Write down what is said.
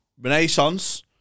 Renaissance